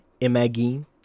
Imagine